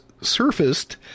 surfaced